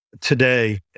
today